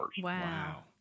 Wow